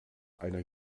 einer